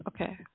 Okay